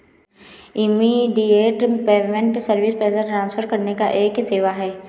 immediate payment service पैसा transfer करने का एक सेवा है